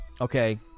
Okay